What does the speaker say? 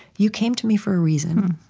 you came to me for a reason.